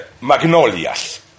Magnolia's